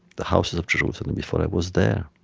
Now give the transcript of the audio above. the houses of jerusalem, before i was there.